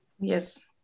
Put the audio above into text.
Yes